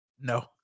No